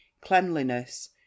cleanliness